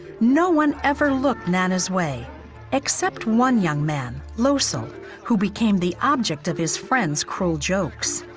no one ever looked nana's way except one young man, losol, who became the object of his friend's cruel jokes.